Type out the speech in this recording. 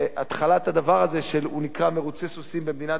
הדבר הזה שנקרא מירוצי סוסים במדינת ישראל,